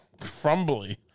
Crumbly